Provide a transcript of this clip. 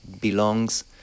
belongs